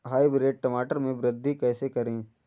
Hybrid टमाटर में वृद्धि कैसे करें?